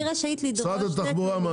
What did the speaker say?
אני רשאית לדרוש נתונים.